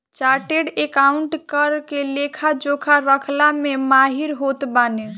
chartered accountant कर के लेखा जोखा रखला में माहिर होत बाने